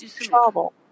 trouble